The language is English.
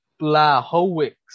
Blahowicz